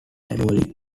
annually